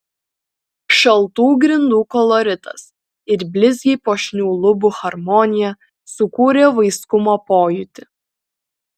šaltų grindų koloritas ir blizgiai puošnių lubų harmonija sukūrė vaiskumo pojūtį